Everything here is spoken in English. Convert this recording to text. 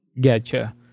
Gotcha